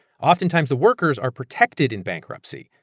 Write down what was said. oftentimes, the workers are protected in bankruptcy.